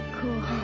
Cool